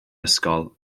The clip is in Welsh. ysgol